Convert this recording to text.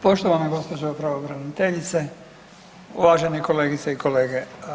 Poštovana gđo. pravobraniteljice, uvaženi kolegice i kolege.